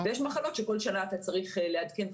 ויש מחלות שכל שנה אתה צריך לעדכן,